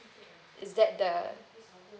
is that the